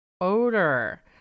odor